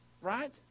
right